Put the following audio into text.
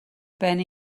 ben